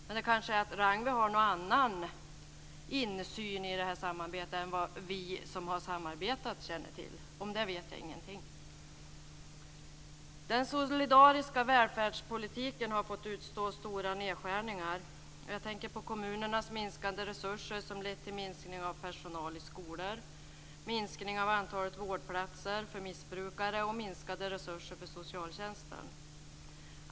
Men Ragnwi kanske har en annan insyn i det här samarbetet än vi som har samarbetat. Om det vet jag ingenting. Den solidariska välfärdspolitiken har fått utstå stora nedskärningar. Jag tänker på kommunernas minskade resurser som lett till minskning av personal i skolor, minskning av antalet vårdplatser för missbrukare och minskade resurser för socialtjänsten.